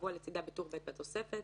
כקבוע לצדה בטור ב' בתוספת